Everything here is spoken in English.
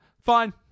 fine